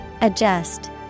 Adjust